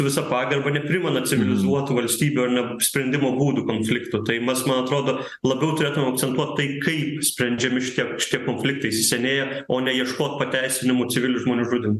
visa pagarba neprimena civilizuotų valstybių ar ne sprendimo būdų konfliktų tai mas man atrodo labiau turėtumėm akcentuot tai kaip sprendžiami šitie šitie konfliktai įsisenėję o ne ieškot pateisinimo civilių žmonių žudymu